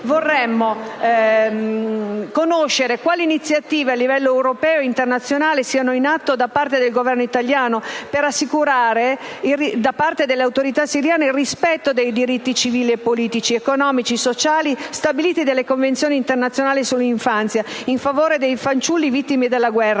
vorremmo conoscere quali iniziative a livello europeo e internazionale siano in atto da parte del Governo italiano per assicurare da parte delle autorità siriane il rispetto dei diritti civili, politici, economici e sociali stabiliti dalle Convenzioni internazionali sull'infanzia in favore dei fanciulli vittime della guerra.